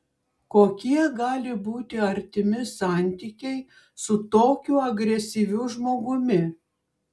kokie gali būti artimi santykiai su tokiu agresyviu žmogumi